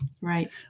Right